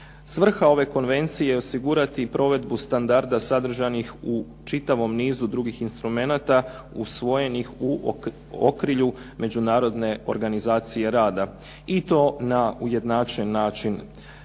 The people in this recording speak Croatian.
Svrha ove konvencije je osigurati provedbu standarda sadržanih u čitavom nizu drugih instrumenata usvojenih u okrilju Međunarodne organizacije rada i to na ujednačen način,